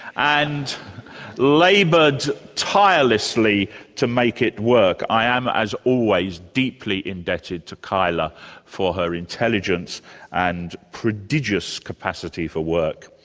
and laboured tirelessly to make it work. i am, as always, deeply indebted to kyla for her intelligence and prodigious capacity for work.